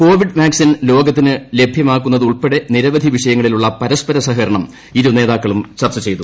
Covid vaccine ലോകത്തിന് ലഭ്യമാക്കുന്നതുൾപ്പെടെ നിരവധി വിഷയങ്ങളിലുള്ള പരസ്പര സഹകരണം ഇരുനേതാക്കളും ചർച്ച ചെയ്തു